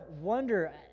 wonder